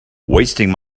wasting